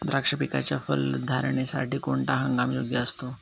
द्राक्ष पिकाच्या फलधारणेसाठी कोणता हंगाम योग्य असतो?